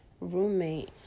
roommate